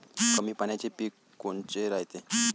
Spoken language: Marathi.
कमी पाण्याचे पीक कोनचे रायते?